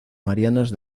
marianas